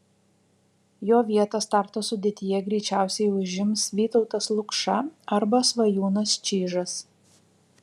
jo vietą starto sudėtyje greičiausiai užims vytautas lukša arba svajūnas čyžas